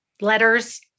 letters